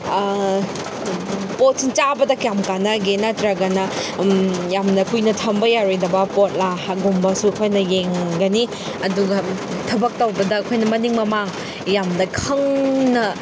ꯄꯣꯠꯁꯤ ꯆꯥꯕꯗ ꯀꯌꯥꯝ ꯀꯥꯟꯅꯒꯦ ꯅꯠꯇ꯭ꯔꯒꯅ ꯌꯥꯝꯅ ꯀꯨꯏꯅ ꯊꯝꯕ ꯌꯥꯔꯣꯏꯗꯕ ꯄꯣꯠꯂ ꯒꯨꯝꯕꯁꯨ ꯑꯩꯈꯣꯏꯅ ꯌꯦꯡꯒꯅꯤ ꯑꯗꯨꯒ ꯊꯕꯛ ꯇꯧꯕꯗ ꯑꯩꯈꯣꯏꯅ ꯃꯅꯤꯡ ꯃꯃꯥꯡ ꯌꯥꯝꯅ ꯈꯪꯅ